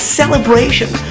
celebration